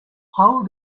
how